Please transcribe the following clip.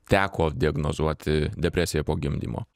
teko diagnozuoti depresiją po gimdymo